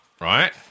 Right